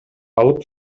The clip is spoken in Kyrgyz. алып